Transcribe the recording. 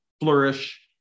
flourish